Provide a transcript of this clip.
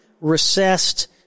recessed